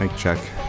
check